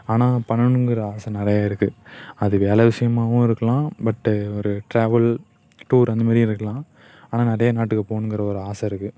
ஆனால் பண்ணணுங்கிற ஆசை நிறைய இருக்குது அது வேலை விஷயமாகவும் இருக்கலாம் பட்டு ஒரு ட்ராவல் டூர் அந்த மாதிரியும் இருக்கலாம் ஆனால் நிறையா நாட்டுக்கு போகணுங்கற ஒரு ஆசை இருக்குது